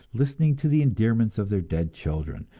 listening to the endearments of their dead children,